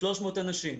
300 אנשים.